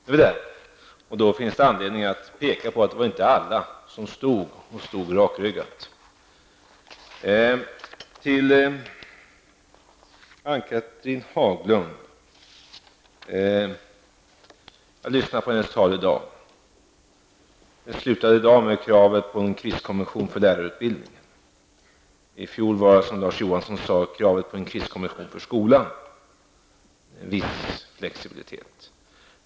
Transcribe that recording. Men i det sammanhanget finns det anledning att peka på att det inte var alla som stod och som dessutom stod rakryggade. Jag lyssnade på Ann-Cathrine Haglunds tal i dag. Det slutade den här gången med ett krav på en kriskommission för lärarutbildningen. I fjol var det, som Larz Johansson sade, ett krav på en kriskommission för skolan -- en viss flexibilitet.